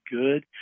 good